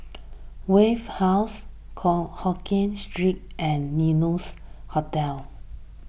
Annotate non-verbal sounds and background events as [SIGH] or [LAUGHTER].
Wave House [NOISE] Hokien Street and Adonis Hotel